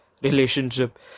relationship